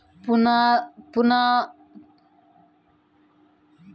పూదినను తినడం వల్ల వికారం, తలనొప్పి, కడుపులో మంట, దగ్గు తగ్గుతాయి